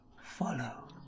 follow